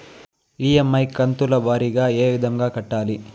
EMI కంతుల వారీగా ఏ విధంగా కట్టాలి